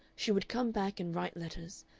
she would come back and write letters,